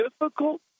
difficult